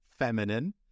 Feminine